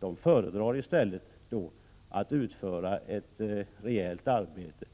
Den föredrar i stället att utföra ett rejält arbete